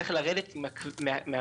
צריך לרדת מהמדרכה